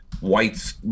whites